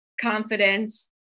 confidence